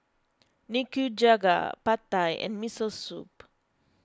Nikujaga Pad Thai and Miso Soup